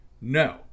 no